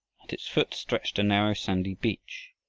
at its foot stretched a narrow sandy beach.